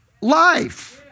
life